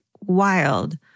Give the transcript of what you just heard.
wild